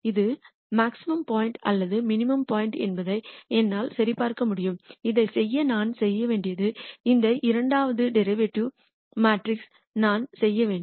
இது maximum point அல்லது minimum point என்பதை என்னால் சரிபார்க்க முடியும் இதைச் செய்ய நான் செய்ய வேண்டியது இந்த இரண்டாவது டெரிவேட்டிவ் மேட்ரிக்ஸை நான் செய்ய வேண்டும்